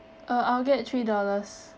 uh I'll get three dollars